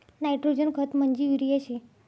nitrogen खत म्हंजी urea शे